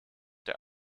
der